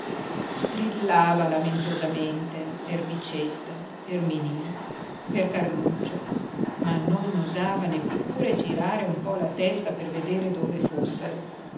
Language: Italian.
lamentosamente per bicetta per niní per carluccio ma non osava neppure girare un po la testa per vedere dove fossero